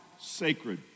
sacred